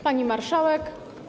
Pani Marszałek!